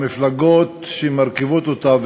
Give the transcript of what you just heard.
המפלגות שמרכיבות אותה,